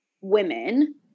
women